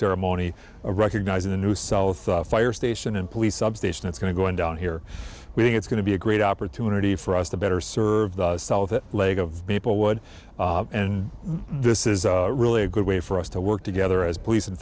ceremony recognizing the new south off fire station and police substation that's going to going down here we think it's going to be a great opportunity for us to better serve the south that leg of maplewood and this is really a good way for us to work together as police and